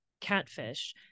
catfish